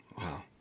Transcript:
wow